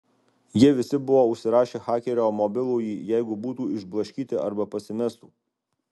jie visi buvo užsirašę hakerio mobilųjį jeigu būtų išblaškyti arba pasimestų